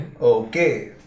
okay